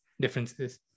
Differences